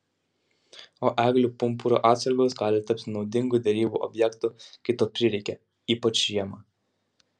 o eglių pumpurų atsargos gali tapti naudingu derybų objektu kai to prireikia ypač žiemą